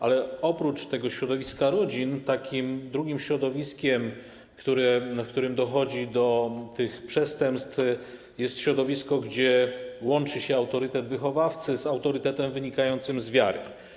Ale oprócz tego środowiska rodzin takim drugim środowiskiem, w którym dochodzi do tych przestępstw, jest środowisko, gdzie łączy się autorytet wychowawcy z autorytetem wynikającym z wiary.